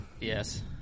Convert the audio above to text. Yes